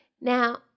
Now